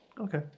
Okay